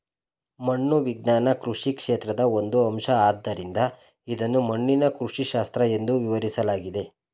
ಮಣ್ಣು ವಿಜ್ಞಾನ ಕೃಷಿ ಕ್ಷೇತ್ರದ ಒಂದು ಅಂಶ ಆದ್ದರಿಂದ ಇದನ್ನು ಮಣ್ಣಿನ ಕೃಷಿಶಾಸ್ತ್ರ ಎಂದೂ ವಿವರಿಸಲಾಗಿದೆ